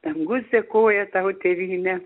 dangus dėkoja tau tėvyne